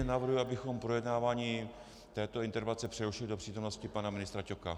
Navrhuji, abychom projednávání této interpelace přerušili do přítomnosti pana ministra Ťoka.